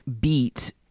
beat